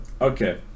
Okay